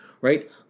right